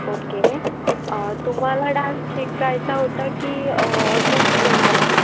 okay तुम्हाला dance शिकायचा होता की अजून कोणाला